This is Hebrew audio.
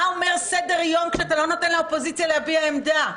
מה אומר סדר יום כשאתה לא נותן לאופוזיציה להביע עמדה?